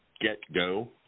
get-go